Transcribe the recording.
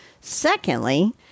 Secondly